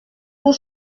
pour